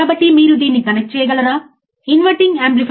కాబట్టి మీరు ఏదైనా ఉపయోగించినప్పుడు జాగ్రత్తగా ఉండండి